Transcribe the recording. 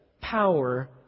power